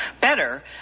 better